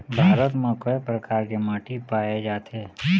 भारत म कय प्रकार के माटी पाए जाथे?